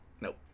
Nope